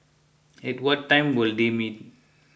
at what time will they meet